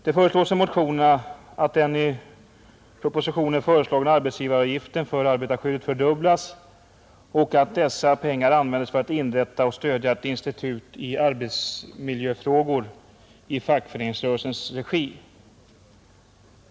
Det föreslås i motionerna att den i propositionen upptagna arbetsgivaravgiften för arbetarskyddet fördubblas och att dessa pengar användes för att inrätta och stödja ett institut i arbetsmiljöfrågor i fackföreningsrörelsens regi.